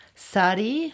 Sari